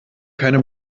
keine